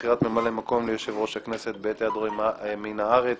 בחירת ממלא מקום ליושב-ראש הכנסת בעת היעדרו מן הארץ.